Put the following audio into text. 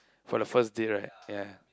for the first date right yea